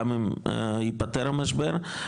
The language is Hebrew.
גם אם ייתפר המשבר,